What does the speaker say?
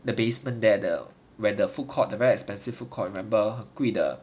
the basement that the where the food court very expensive food court remember 贵的